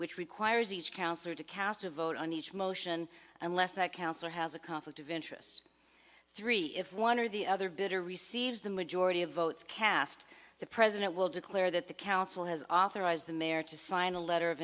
which requires each councillor to cast a vote on each motion unless that council has a conflict of interest three if one or the other bidder receives the majority of votes cast the president will declare that the council has authorized the mayor to sign a letter of